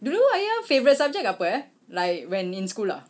dulu ayah favourite subject apa eh like when in school lah